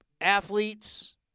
athletes